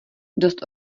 dost